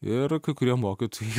ir kai kurie mokytojai